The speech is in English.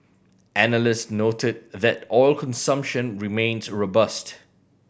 analyst noted that oil consumption remains robust